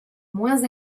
moins